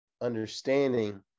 understanding